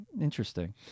Interesting